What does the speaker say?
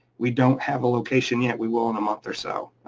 we don't have a location yet, we will in a month or so,